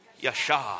Yasha